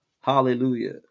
Hallelujah